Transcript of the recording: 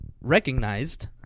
recognized